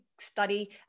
study